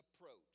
approach